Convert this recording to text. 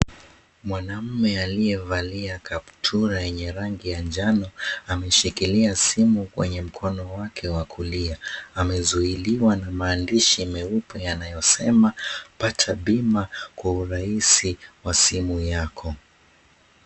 Mwanaume aliyevalia kaptura yenye rangi ya njano ameshikilia simu kwenye mkono wake wa kulia. Amezuiliwa na maandishi meupe yanayosema pata bima kwa urahisi kwa simu yako.